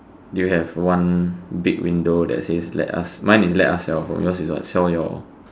do you have one big window that says let us mine is let us sell your yours is what sell your